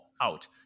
out